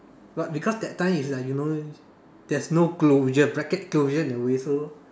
but because that time is like you know there's no closure bracket closure in a way so